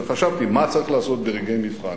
חשבתי מה צריך לעשות ברגעי מבחן,